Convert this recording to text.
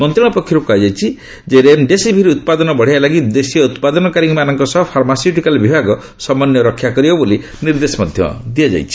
ମନ୍ତ୍ରଣାଳୟ ପକ୍ଷରୁ କୁହାଯାଇଛି ଯେ ରେମ୍ଡେସିଭିର୍ ଉତ୍ପାଦନ ବଢ଼ାଇବା ଲାଗି ଦେଶୀୟ ଉତ୍ପାଦନକାରୀମାନଙ୍କ ସହ ଫାର୍ମାସ୍ୟିଟିକାଲ ବିଭାଗ ସମନ୍ୱୟ ରକ୍ଷା କରିବ ବୋଲି ନିର୍ଦ୍ଦେଶ ଦିଆଯାଇଛି